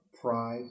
pride